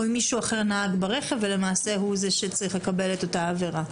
האם מישהו אחר נהג ברכב ולמעשה הוא זה שצריך לקבל את אותה עבירה.